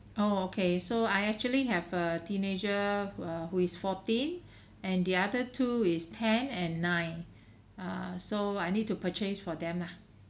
oh okay so I actually have a teenager err who is fourteen and the other two is ten and nine err so I need to purchase for them lah